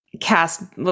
cast